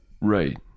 right